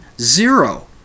zero